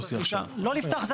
זה לא נפתח.